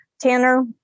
Tanner